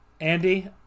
Andy